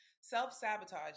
Self-sabotage